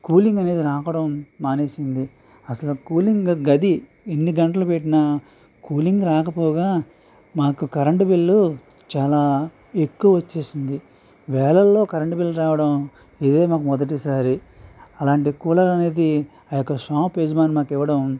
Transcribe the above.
cooling అనేది రావడం మానేసింది అస్సలు కూలింగ్ గది ఎన్ని గంటలు పెట్టిన కూలింగ్ రాకపోగా మాకు కరెంట్ బిల్లు చాలా ఎక్కువ వచ్చేసింది వేలల్లో కరెంట్ బిల్లు రావడం ఇదే మాకు మొదటిసారి అలాంటి కూలర్ అనేది ఆ యొక్క షాప్ యజమాని మాకు ఇవ్వడం